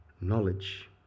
knowledge